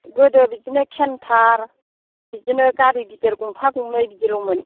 गोदो बिदिनो खेन्तार बिदिनो गारि गिदिर गंफा गंनै बिदिल'मोन